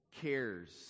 cares